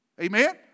Amen